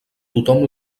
tothom